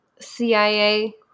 CIA